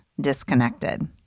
disconnected